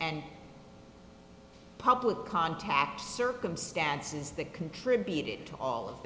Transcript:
and public contact circumstances that contributed to all of